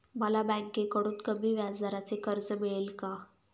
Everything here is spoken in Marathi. मला बँकेकडून कमी व्याजदराचे कर्ज मिळेल का?